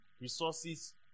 resources